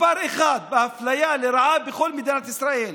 מספר אחת באפליה לרעה בכל מדינת ישראל.